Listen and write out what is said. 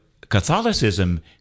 Catholicism